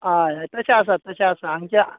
हय हय तशें आसा तशें आसा आमच्या